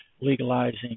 legalizing